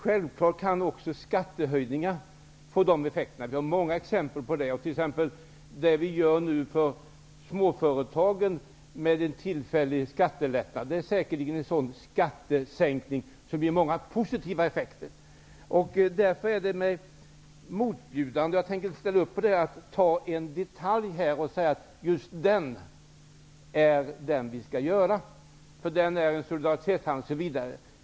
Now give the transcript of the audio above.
Självfallet kan också skattehöjningar få sådana effekter. Vi har många exempel på det. Det vi nu exempelvis gör för småföretagen -- en tillfällig skattelättnad -- är säkerligen en sådan skattesänkning som ger många positiva effekter. Det är därför motbjudande att peka på en detalj och säga att det är just där något skall göras, därför att det är en solidaritetshandling. Jag tänker inte ställa upp på det.